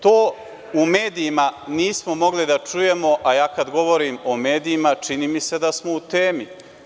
To u medijima nismo mogli da čujemo, a ja kada govorim o medijima, čini mi se da smo u temi.